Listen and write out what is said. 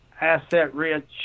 asset-rich